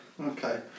Okay